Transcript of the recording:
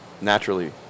naturally